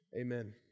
Amen